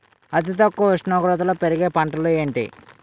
అతి తక్కువ ఉష్ణోగ్రతలో పెరిగే పంటలు ఏంటి?